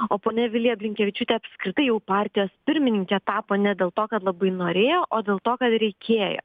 o ponia vilija blinkevičiūtė apskritai jau partijos pirmininke tapo ne dėl to kad labai norėjo o dėl to kad reikėjo